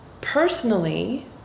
personally